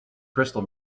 crystal